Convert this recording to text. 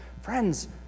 Friends